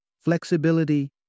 Flexibility